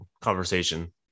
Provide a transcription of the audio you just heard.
conversation